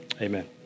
amen